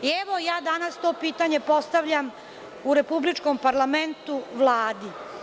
Ja danas to pitanje postavljam u republičkom parlamentu Vladi.